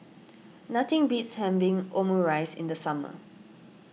nothing beats having Omurice in the summer